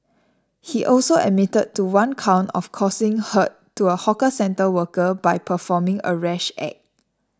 he also admitted to one count of causing hurt to a hawker centre worker by performing a rash act